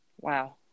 Wow